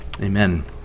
amen